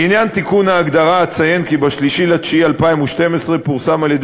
לעניין תיקון ההגדרה אציין כי ב-3 בספטמבר 2012 פורסם על-ידי